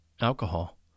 alcohol